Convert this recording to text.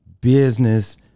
business